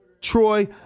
Troy